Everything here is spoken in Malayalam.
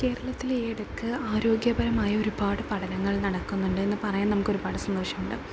കേരളത്തിൽ ഈ ഇടയ്ക്ക് ആരോഗ്യപരമായ ഒരുപാട് പഠനങ്ങൾ നടക്കുന്നുണ്ട് എന്ന് പറയാൻ നമുക്കൊരുപാട് സന്തോഷമുണ്ട്